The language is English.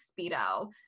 speedo